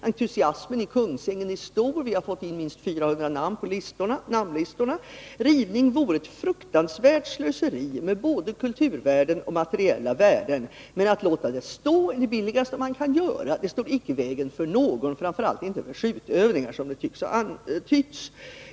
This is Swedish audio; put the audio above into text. Entusiasmen i Kungsängen är stor. Vi har fått in minst 400 namn på namnlistorna. Rivning vore ett fruktansvärt slöseri med både kulturvärden och materiella värden. Att låta huset stå är det billigaste man kan göra — det står icke i vägen för någon, framför allt inte för skjutövningar, som antytts.